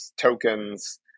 tokens